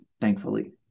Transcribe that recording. thankfully